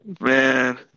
Man